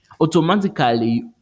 automatically